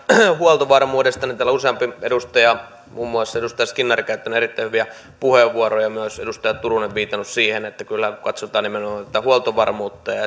huoltovarmuudesta niin täällä useampi edustaja muun muassa edustaja skinnari on käyttänyt erittäin hyviä puheenvuoroja myös edustaja turunen on viitannut siihen että kyllä kun katsotaan nimenomaan tätä huoltovarmuutta ja